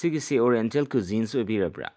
ꯁꯤꯒꯤꯁꯤ oriental cuisines ꯑꯣꯏꯕꯤꯔꯕ꯭ꯔꯥ